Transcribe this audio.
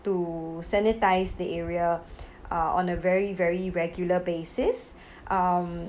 to sanitize the area uh on a very very regular basis um